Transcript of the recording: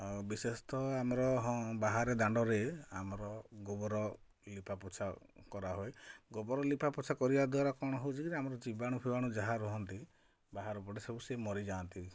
ଆଉ ବିଶେଷ ତ ଆମର ହଁ ବାହାରେ ଦାଣ୍ଡରେ ଆମର ଗୋବର ଲିପାପୋଛା କରାହୁଏ ଗୋବର ଲିପାପୋଛା କରିବା ଦ୍ୱାରା କ'ଣ ହେଉଛି ଆମର ଜୀବାଣୁ ଫିବାଣୁ ଯାହା ରହନ୍ତି ବାହାର ପଟେ ସବୁ ସେ ମରିଯାନ୍ତି